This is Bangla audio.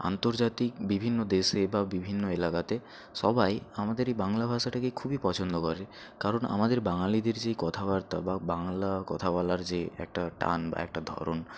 আন্তর্জাতিক বিভিন্ন দেশে বা বিভিন্ন এলাকাতে সবাই আমাদের এই বাংলা ভাষাটাকে খুবই পছন্দ করে কারণ আমাদের বাঙালিদের যেই কথাবার্তা বা বাংলা কথা বলার যে একটা টান বা একটা ধরন